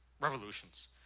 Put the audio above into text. revolutions